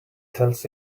tells